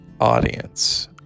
Audience